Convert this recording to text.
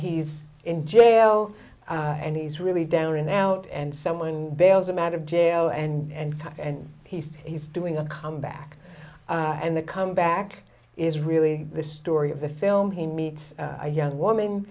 he's in jail and he's really down and out and someone bails him out of jail and tough and he's he's doing a comeback and the comeback is really the story of the film he meets a young woman